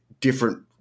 different